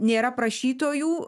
nėra prašytojų